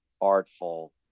artful